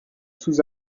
sous